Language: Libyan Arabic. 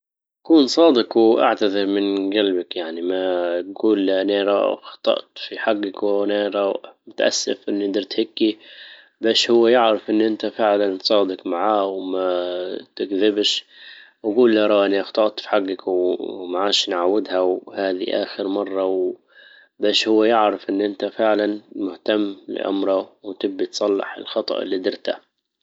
كون صادق واعتذر من جلبك يعني ما تجول انى انا اخطأت في حجك وانى متأسف اني درت هكى باش هو يعرف ان انت فعلا صادق معاه وما تكذبش وجول ارى انى انا اخطأت في حجك وما عدش نعادوها وهذي اخر مره باش هو يعرف ان انت فعلا مهتم لامره وتبي تصلح الخطأ اللي درته